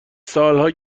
سالها